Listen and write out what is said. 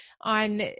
on